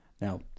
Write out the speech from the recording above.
Now